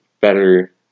better